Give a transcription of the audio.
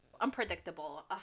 Unpredictable